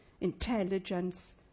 intelligence